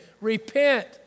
Repent